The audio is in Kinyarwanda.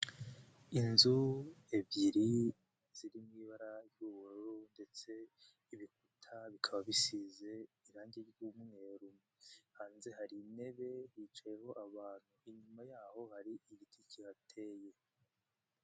Inzu ebyiri ziri mu ibara ry'ubururu ndetse ibikuta bikaba bisize irangi ry'umweru, hanze hari intebe zicayeho abantu inyuma yaho hari igiti ki hateye.